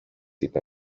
είπε